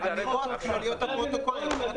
אמירות כלליות מאוד לפרוטוקולים.